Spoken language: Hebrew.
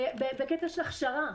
בקטע של הכשרה.